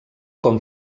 com